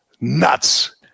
nuts